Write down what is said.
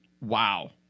Wow